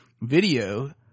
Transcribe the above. video